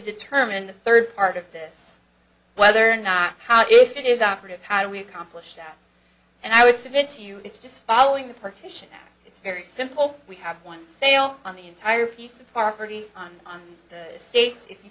determine the third part of this whether or not how if it is operative how do we accomplish that and i would submit to you it's just following the partition it's very simple we have one sale on the entire piece of property on the estates if you